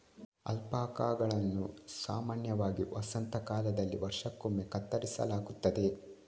ಅಲ್ಪಾಕಾಗಳನ್ನು ಸಾಮಾನ್ಯವಾಗಿ ವಸಂತ ಕಾಲದಲ್ಲಿ ವರ್ಷಕ್ಕೊಮ್ಮೆ ಕತ್ತರಿಸಲಾಗುತ್ತದೆ